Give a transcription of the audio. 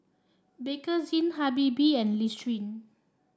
Bakerzin Habibie and Listerine